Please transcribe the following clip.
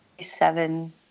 seven